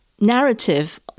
narrative